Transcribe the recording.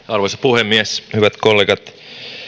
arvoisa puhemies hyvät kollegat